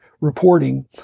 reporting